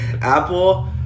Apple